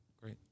great